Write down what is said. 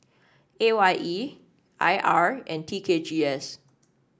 A Y E I R and T K G S